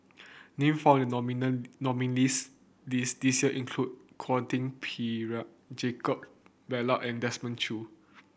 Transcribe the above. name found the nominees' list this year include Quentin Pereira Jacob Ballas and Desmond Choo